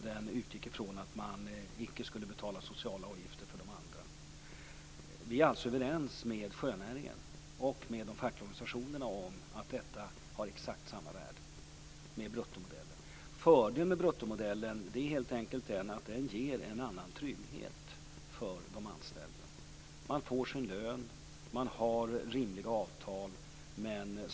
Den utgick ifrån att man inte skulle betala sociala avgifter för de andra. Vi är alltså överens med sjönäringen och de fackliga organisationerna om att detta har exakt samma värde som bruttomodellen. Fördelen med bruttomodellen är helt enkelt den att den ger en annan trygghet för de anställda. Man får sin lön och man har rimliga avtal.